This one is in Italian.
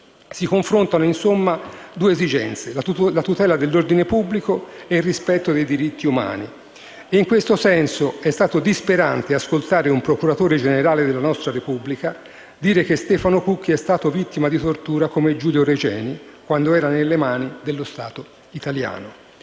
Si confrontano insomma due esigenze: la tutela dell'ordine pubblico e il rispetto dei diritti umani. E in questo senso è stato disperante ascoltare un procuratore generale della nostra Repubblica dire che Stefano Cucchi è stato vittima di tortura, come Giulio Regeni, quando era nelle mani dello Stato italiano.